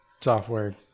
software